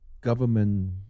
government